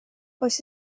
oes